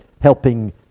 helping